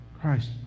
Christ